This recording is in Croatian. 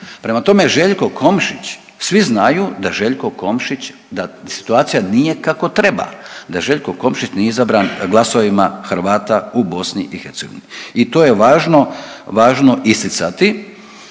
Prema tome, Željko Komšić, svi znaju da Željko Komšić da situacija nije kako treba, da Željko Komšić nije izabran glasovima Hrvata u BiH i to je važno, važno isticati.